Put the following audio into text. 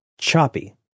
choppy